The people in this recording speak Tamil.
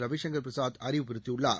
ரவிசங்கள் பிரசாத் அறிவுறுத்தியுள்ளார்